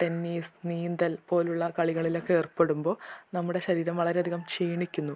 tennis നീന്തൽ പോലുള്ള കളികളിലൊക്കെ ഏർപ്പെടുമ്പോൾ നമ്മുടെ ശരീരം വളരെ അധികം ക്ഷീണിക്കുന്നു